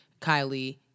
Kylie